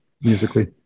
Musically